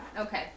Okay